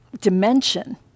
dimension